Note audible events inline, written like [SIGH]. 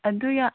ꯑꯗꯨ [UNINTELLIGIBLE]